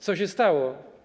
Co się stało?